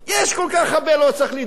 יש כל כך הרבה, לא צריך לדאוג.